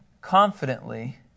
confidently